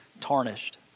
tarnished